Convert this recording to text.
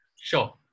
sure